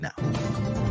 now